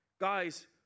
guys